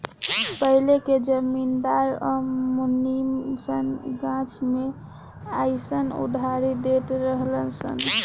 पहिले के जमींदार आ मुनीम सन गाछ मे अयीसन उधारी देत रहलन सन